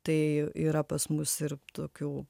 tai yra pas mus ir tokių